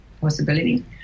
possibility